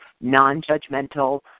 non-judgmental